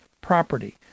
property